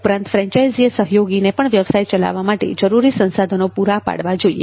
ઉપરાંત ફ્રેન્ચાઇઝીએ સહયોગીને પણ વ્યવસાય ચલાવવા માટે જરૂરી સંસાધનો પૂરા પાડવા જોઈએ